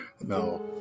No